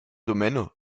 domaines